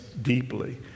Deeply